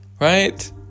right